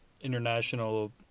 international